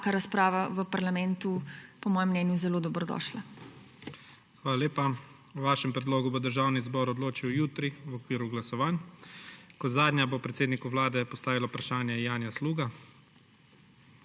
taka razprava v parlamentu po mojem mnenju zelo dobrodošla. PREDSEDNIK IGOR ZORČIČ: Hvala lepa. O vašem predlogu bo Državni zbor odločil jutri v okviru glasovanj. Zadnja bo predsedniku Vlade postavila vprašanje Janja Sluga.